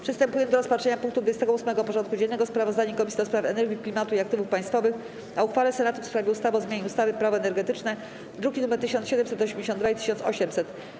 Przystępujemy do rozpatrzenia punktu 28. porządku dziennego: Sprawozdanie Komisji do Spraw Energii, Klimatu i Aktywów Państwowych o uchwale Senatu w sprawie ustawy o zmianie ustawy - Prawo energetyczne (druki nr 1782 i 1800)